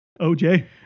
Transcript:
OJ